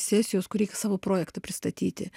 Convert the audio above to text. sesijos kur reik savo projektą pristatyti